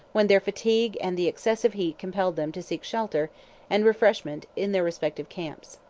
when their fatigue and the excessive heat compelled them to seek shelter and refreshment in their respective camps.